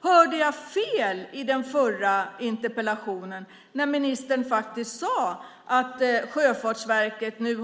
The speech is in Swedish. Hörde jag fel i den förra interpellationsdebatten? Ministern sade faktiskt att Sjöfartsverket nu